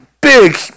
Big